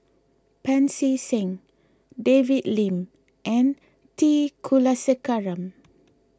Pancy Seng David Lim and T Kulasekaram